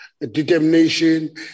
determination